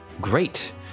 Great